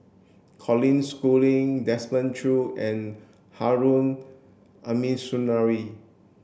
Colin Schooling Desmond Choo and Harun Aminurrashid